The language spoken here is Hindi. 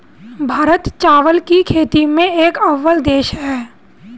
भारत चावल की खेती में एक अव्वल देश है